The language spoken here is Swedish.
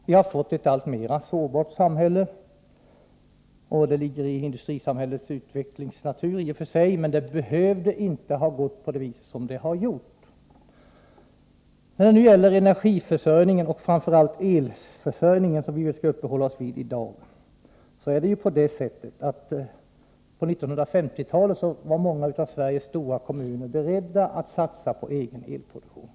Vi har fått ett alltmer sårbart samhälle. Det ligger i och för sig i det utvecklade industrisamhällets natur, men det skulle inte ha behövt gå på det vis som det har gjort. Det är energiförsörjningen, framför allt elförsörjningen, som vi i dag skall uppehålla oss vid. På 1950-talet var många av Sveriges stora kommuner beredda att satsa på egen elproduktion.